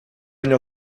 anni